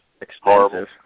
expensive